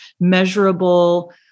measurable